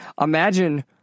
Imagine